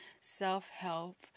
self-help